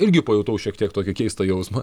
irgi pajutau šiek tiek tokį keistą jausmą